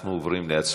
אנחנו עוברים להצבעה.